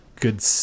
Good